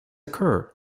occur